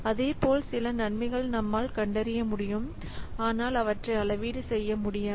அதேபோல் சில நன்மைகள் நம்மால் கண்டறிய முடியும் ஆனால் அவற்றை அளவீடு செய்ய முடியாது